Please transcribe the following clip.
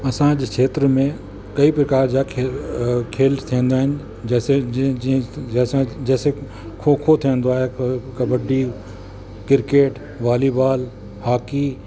असांजे खेत्र में कई प्रकार जा खेल खेल थींदा आहिनि जैसे ज जीअं जीअं जैसे जैसे खो खो थींदो आहे कॿडी क्रिकेट वॉलीवॉल हॉकी